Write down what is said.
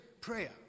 prayer